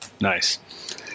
Nice